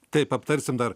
taip aptarsim dar